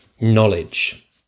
knowledge